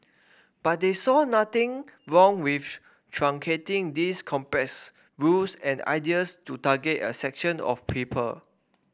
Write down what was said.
but they saw nothing wrong with truncating these complex rules and ideas to target a section of people